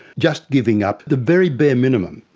just giving up the very bare minimum.